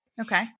Okay